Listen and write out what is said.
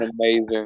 amazing